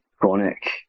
chronic